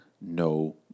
no